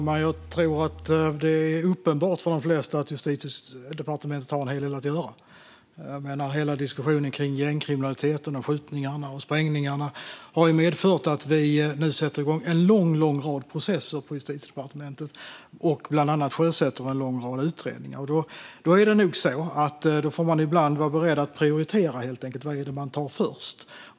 Fru talman! Det är nog uppenbart för det flesta att Justitiedepartementet har en hel del att göra. Diskussionen om gängkriminaliteten, skjutningarna och sprängningarna har medfört att vi sätter igång en lång rad processer på Justitiedepartementet och bland annat sjösätter en mängd utredningar. I ett sådant här läge får vi prioritera vad vi tar först.